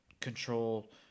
control